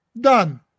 Done